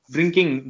Drinking